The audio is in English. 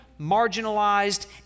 marginalized